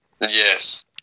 Yes